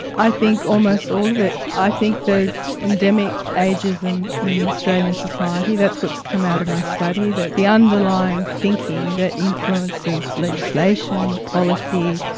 i think almost all of it. i think there's endemic ageism in australian society. that's what has come out of my study, that the underlying thinking that influences legislation, policy,